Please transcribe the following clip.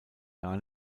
gar